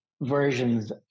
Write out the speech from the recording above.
versions